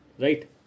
right